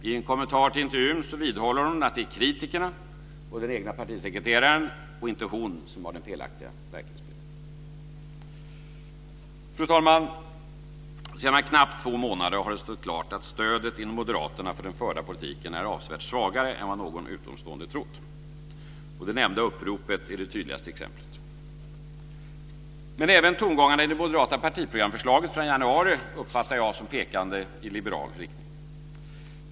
I en kommentar till intervjun vidhåller hon att det är kritikerna och den egna partisekreteraren, och inte hon, som har den felaktiga verklighetsbilden. Fru talman! Sedan knappt två månader har det stått klart att stödet inom Moderaterna för den förda politiken är avsevärt svagare än vad någon utomstående trott. Det nämnda uppropet är det tydligaste exemplet. Men även tongångarna i det moderata förslaget till partiprogram från januari uppfattar jag som pekande i liberal riktning.